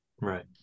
Right